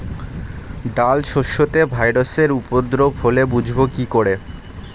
ডাল শস্যতে ভাইরাসের উপদ্রব হলে বুঝবো কি করে?